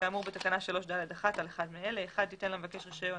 כאמור בתקנה 3ד1 על אחת מאלה: תיתן למבקש רישיון